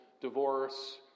divorce